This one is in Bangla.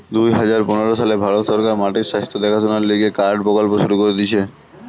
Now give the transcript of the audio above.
দুই হাজার পনের সালে ভারত সরকার মাটির স্বাস্থ্য দেখাশোনার লিগে কার্ড প্রকল্প শুরু করতিছে